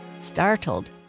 Startled